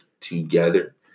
together